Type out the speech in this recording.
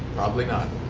probably not.